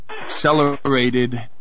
accelerated